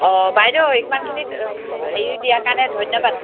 অঁ বাইদেউ ইমানখিনি হেৰি দিয়াৰ কাৰণে ধন্যবাদ